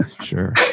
Sure